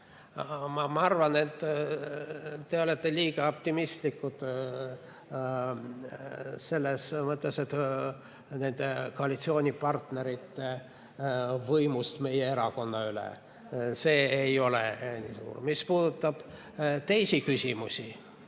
ma arvan, et te olete liiga optimistlikud selles mõttes, et koalitsioonipartneritel on võim meie erakonna üle. See ei ole nii suur. Mis puudutab teisi küsimusi,